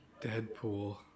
Deadpool